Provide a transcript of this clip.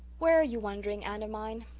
where are you wandering, anne o' mine?